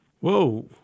Whoa